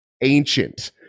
ancient